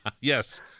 yes